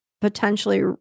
potentially